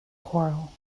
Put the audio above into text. choral